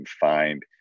find